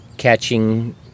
catching